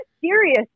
serious